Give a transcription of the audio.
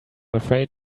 afraid